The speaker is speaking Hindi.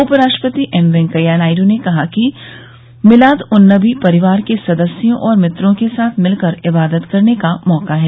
उप राष्ट्रपति एम वेंकैया नायड् ने कहा कि मिलाद उन नबी परिवार के सदस्यों और मित्रों के साथ मिलकर इबादत करने का मौका है